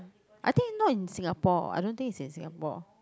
I think not in Singapore I don't think it's in Singapore